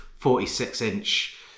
46-inch